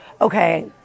okay